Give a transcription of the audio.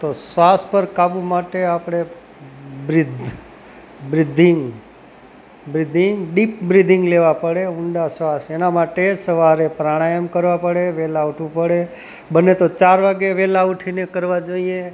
તો શ્વાસ પર કાબૂ માટે આપણે breathe breathing breathing deep breathing લેવા પડે ઊંડા શ્વાસ એના માટે સવારે પ્રાણાયામ કરવા પડે વેલા ઊઠવું પડે બને તો ચાર વાગે વેલા ઊઠીને કરવા જોઈએ